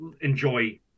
enjoy